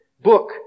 Book